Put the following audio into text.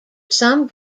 some